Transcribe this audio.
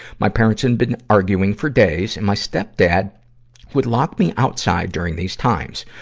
my parents had been arguing for days, and my stepdad would lock me outside during these times,